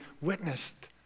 witnessed